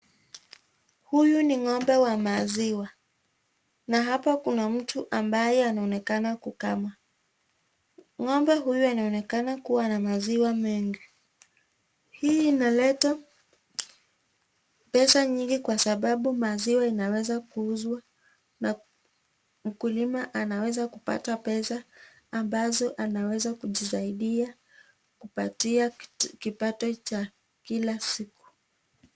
Huyu ni ng'ombe wa maziwa na hapa kuna mtu ambaye anaonekana kukama. Ng'ombe huyu anaonekana kuwa na maziwa mengi. Hii inaleta pesa nyingi kwa sababu inaweza kuuzwa na mkulima anaweza kupata pesa ambazo anaweza kujisaidia kupatia kipato cha kila siku.